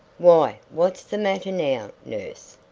why, what's the matter now, nurse?